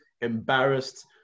embarrassed